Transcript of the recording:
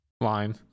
line